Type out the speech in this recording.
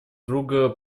друга